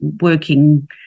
working